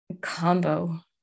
combo